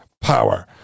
power